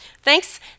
thanks